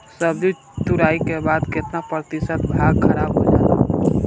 सब्जी तुराई के बाद केतना प्रतिशत भाग खराब हो जाला?